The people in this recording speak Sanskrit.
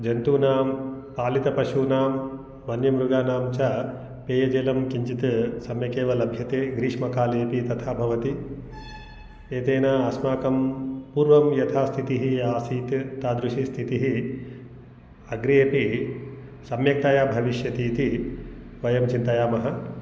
जन्तूनां पालितपशूणां वन्यमृगाणां च पेयजलं किञ्चित् सम्यकेव लभ्यते ग्रीष्मकालेपि तथा भवति एतेन अस्माकं पूर्वं यथा स्थितिः आसीत् तादृशी स्थितिः अग्रे अपि सम्यक्तया भविष्यति इति वयं चिन्तयामः